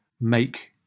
make